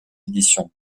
éditions